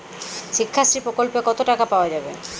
শিক্ষাশ্রী প্রকল্পে কতো টাকা পাওয়া যাবে?